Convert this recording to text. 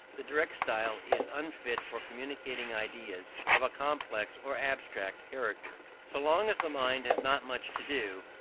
the direct style is unfit for communicating ideas of a complex or abstract character. so long as the mind has not much to do,